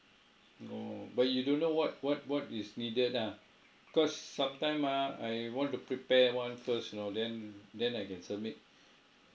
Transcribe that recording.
no but you don't know what what what is needed ah because sometime ah I want to prepare one first you know then then I can submit